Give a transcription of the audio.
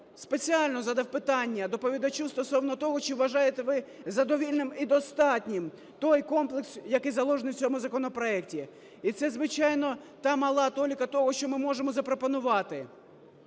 спеціально задав питання доповідачу стосовно того, чи вважаєте ви задовільним і достатнім той комплекс, який закладений в цьому законопроекті. І це, звичайно, та малатоліка того, що ми можемо запропонувати.